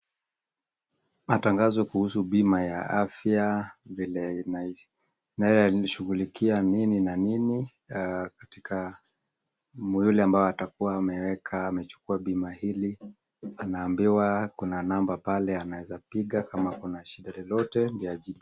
Matangazo kuhusu bima ya afya vile inashugulikia nini na nini, katika mtu yule ambaye atakuwa ameweka, amechukua bima hili anaambiwa kuna namba pale anaweza piga kama ako na shida yoyote.